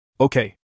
Okay